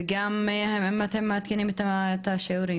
וגם האם אתם מעדכנים את השיעורים?